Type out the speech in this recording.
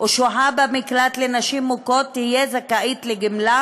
או שוהה במקלט לנשים מוכות תהיה זכאית לגמלה